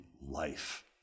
life